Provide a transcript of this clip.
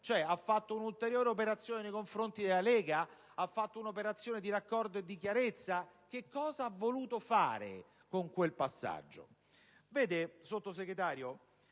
Ha fatto un'ulteriore operazione nei confronti della Lega? Ha fatto un'operazione di raccordo e di chiarezza? Che cosa ha voluto fare con quel passaggio? Vede, signor Sottosegretario,